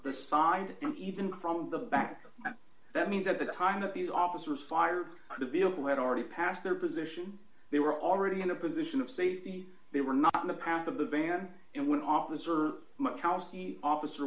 the side even from the back that means at the time that these officers fired the vehicle had already passed their position they were already in the position of safety they were not in the path of the van and when officer